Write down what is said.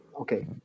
Okay